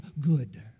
good